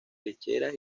lecheras